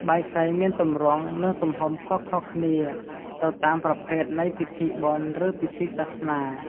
បាយសីមានទម្រង់ និងទំហំខុសៗគ្នាទៅតាមប្រភេទនៃពិធីបុណ្យ ឬពិធីសាសនា។